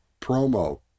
promo